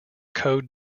code